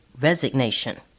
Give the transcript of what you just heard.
Resignation